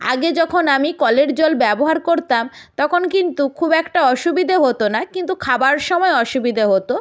আগে যখন আমি কলের জল ব্যবহার করতাম তখন কিন্তু খুব একটা অসুবিধে হতো না কিন্তু খাবার সময় অসুবিধে হতো